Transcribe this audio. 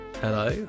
Hello